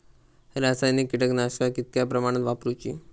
रासायनिक कीटकनाशका कितक्या प्रमाणात वापरूची?